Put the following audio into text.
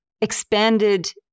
expanded